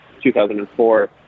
2004